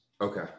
okay